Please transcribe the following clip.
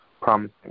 promising